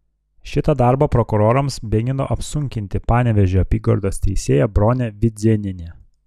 šitą darbą prokurorams mėgino apsunkinti panevėžio apygardos teisėja bronė vidzėnienė